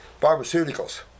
Pharmaceuticals